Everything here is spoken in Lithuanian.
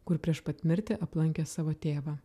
kur prieš pat mirtį aplankė savo tėvą